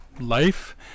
life